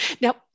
now